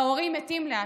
ההורים מתים לאט-לאט.